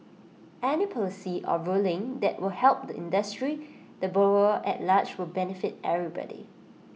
any policy or ruling that will help the industry the borrower at large will benefit everybody